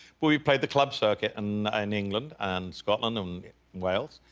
but we play the club circuit and and scotland and scotland and wales.